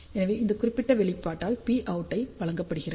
எனவே இந்த குறிப்பிட்ட வெளிப்பாட்டால் Pout ஐ வழங்கப்படுகிறது